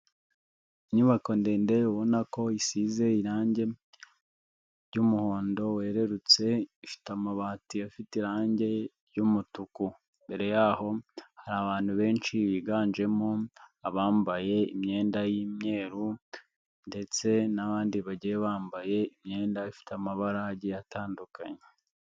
Inyubako ndende ubona ko isize irangi ry'umuhondo werurutse, ifite amabati afite irangi ry'umutuku, imbere y'aho hari abantu benshi biganjemo abambaye imyenda y'imyeru ndetse n'abandi bagiye bambaye imyenda ifite amabarage agiye atandukanye.